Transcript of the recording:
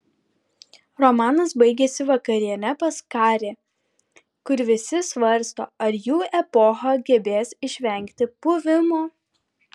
romanas baigiasi vakariene pas karė kur visi svarsto ar jų epocha gebės išvengti puvimo